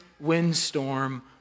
windstorm